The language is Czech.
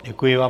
Děkuji vám.